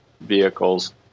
vehicles